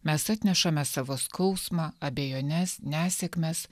mes atnešame savo skausmą abejones nesėkmes